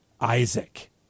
Isaac